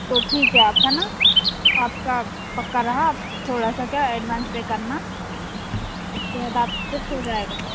तो ठीक है आप है ना आपका पक्का रहा आप थोड़ा सा क्या एडवांस पे करना उसके बाद बुक हो जायेगा